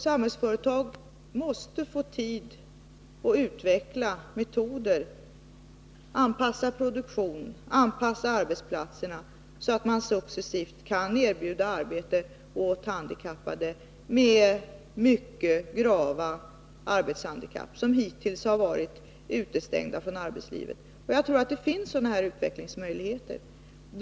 Samhällsföretag måste få tid att utveckla metoder, att anpassa produktion och att anpassa arbetsplatserna så att man successivt kan erbjuda arbete åt handikappade med mycket grava arbetshandikapp, som hittills har varit utestängda från arbetslivet. Jag tror att det finns sådana utvecklingsmöjligheter.